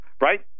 Right